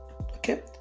okay